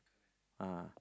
uh